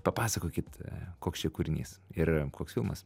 papasakokit koks čia kūrinys ir koks filmas